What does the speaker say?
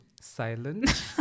silent